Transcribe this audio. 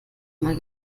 immer